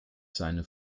seine